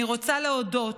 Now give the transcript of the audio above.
אני רוצה להודות